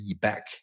back